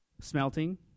Smelting